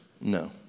No